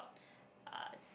uh